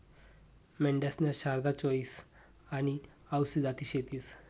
मेंढ्यासन्या शारदा, चोईस आनी आवसी जाती शेतीस